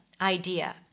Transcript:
idea